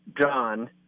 john